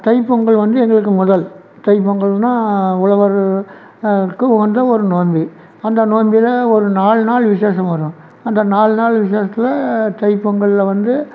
தைப்பொங்கல் வந்து எங்களுக்கு முதல் தைப்பொங்கல்ன்னால் உழவருக்கு உகந்த ஒரு நோம்பு அந்த நோம்பில் ஒரு நாலு நாள் விசேஷம் வரும் அந்த நாலு நாள் விசேஷத்தில் தைப்பொங்கலில் வந்து